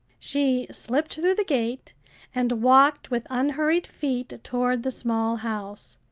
she slipped through the gate and walked with unhurried feet toward the small house,